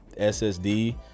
ssd